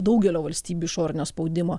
daugelio valstybių išorinio spaudimo